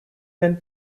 même